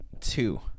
two